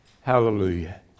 Hallelujah